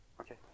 Okay